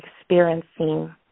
experiencing